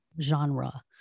genre